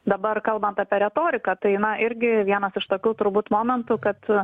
dabar kalbant apie retoriką tai irgi vienas iš tokių turbūt momentų kad